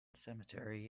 cemetery